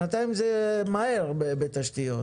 שנתיים זה מהר בתשתיות,